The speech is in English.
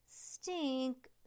Stink